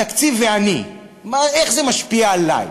התקציב ואני, איך זה משפיע עלי?